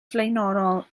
flaenorol